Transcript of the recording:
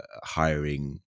hiring